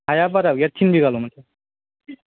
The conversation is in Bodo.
हाया बारा गैया टिन बिघाल'मोन